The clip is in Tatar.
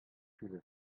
яшибез